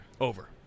Over